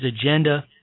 agenda